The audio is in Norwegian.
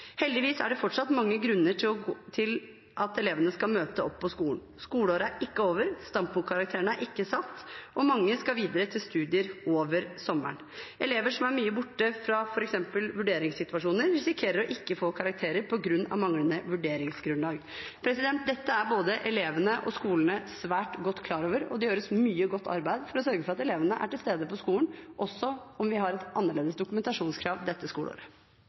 Heldigvis er det fortsatt mange grunner til at elevene skal møte opp på skolen. Skoleåret er ikke over, standpunktkarakterene er ikke satt, og mange skal videre til studier over sommeren. Elever som er mye borte fra f.eks. vurderingssituasjoner, risikerer å ikke få karakter på grunn av manglende vurderingsgrunnlag. Dette er både elevene og skolene svært godt klar over, og det gjøres mye godt arbeid for å sørge for at elevene er til stede på skolen, også selv om vi har et annet dokumentasjonskrav i dette skoleåret.